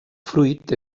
fruit